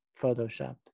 photoshopped